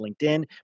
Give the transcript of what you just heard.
LinkedIn